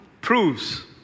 proves